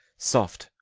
soft!